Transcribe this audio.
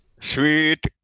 Sweet